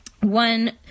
One